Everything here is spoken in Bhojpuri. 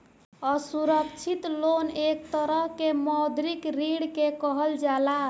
असुरक्षित लोन एक तरह के मौद्रिक ऋण के कहल जाला